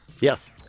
Yes